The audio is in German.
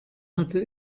hatte